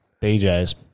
BJ's